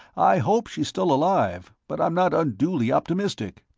i hope she's still alive, but i'm not unduly optimistic.